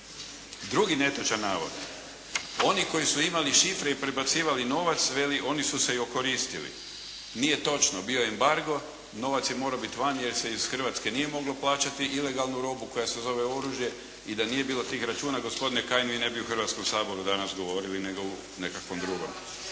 Drugi netočan navod. Oni koji su imali šifre i prebacivali novac veli oni su se i okoristili. Nije točno. Bio je embargo, novac je morao biti vani jer se iz Hrvatske nije moglo plaćati ilegalnu robu koja se zove oružje i da nije bilo tih računa gospodine Kajin vi ne bi u Hrvatskom saboru danas govorili nego u nekakvom drugom.